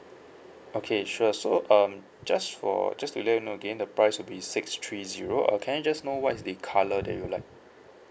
okay sure so um just for just to let you know again the price will be six three zero uh can I just know what is the colour that you like